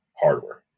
hardware